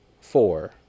four